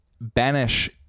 Banish